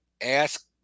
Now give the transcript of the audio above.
ask